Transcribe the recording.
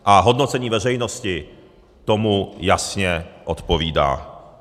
A hodnocení veřejnosti tomu jasně odpovídá.